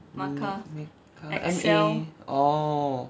mm maker M A orh